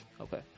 Okay